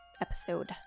episode